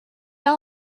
all